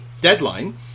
Deadline